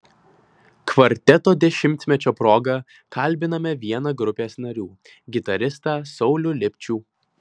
kvarteto dešimtmečio proga kalbiname vieną grupės narių gitaristą saulių lipčių